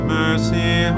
mercy